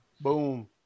Boom